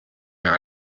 mehr